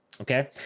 okay